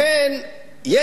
יש היגיון מסוים.